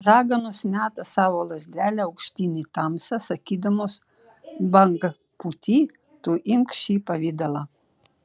raganos meta savo lazdelę aukštyn į tamsą sakydamos bangpūty tu imk šį pavidalą